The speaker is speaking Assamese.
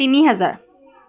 তিনি হাজাৰ